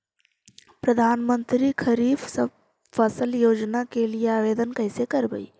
प्रधानमंत्री खारिफ फ़सल योजना के लिए आवेदन कैसे करबइ?